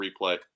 replay